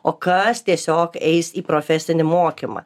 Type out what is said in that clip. o kas tiesiog eis į profesinį mokymą